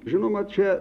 žinoma čia